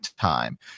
time